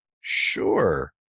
Sure